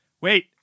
Wait